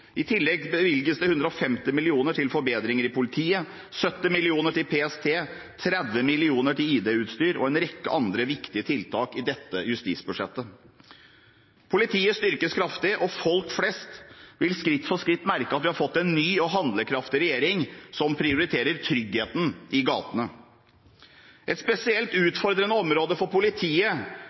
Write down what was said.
I tillegg bevilges det 150 mill. kr til forbedringer i politiet, 70 mill. kr til PST, 30 mill. kr til ID-utstyr og en rekke andre, viktige tiltak i dette justisbudsjettet. Politiet styrkes kraftig, og folk flest vil skritt for skritt merke at vi har fått en ny og handlekraftig regjering som prioriterer tryggheten i gatene. Et spesielt utfordrende område